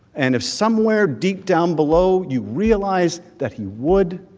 and if somewhere deep down below you realize that he would,